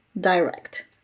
direct